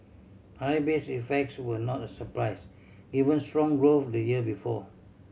high base effects were not a surprise given strong growth the year before